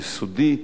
יסודי,